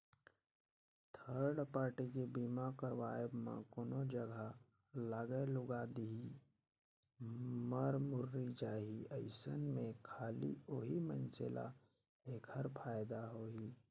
third party के बीमा करवाब म कोनो जघा लागय लूगा देही, मर मुर्री जाही अइसन में खाली ओही मइनसे ल ऐखर फायदा होही